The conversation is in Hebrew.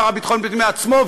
השר לביטחון הפנים בעצמו,